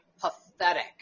pathetic